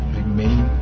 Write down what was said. remain